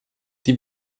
die